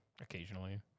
Occasionally